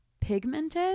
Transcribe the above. Pigmented